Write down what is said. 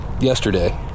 Yesterday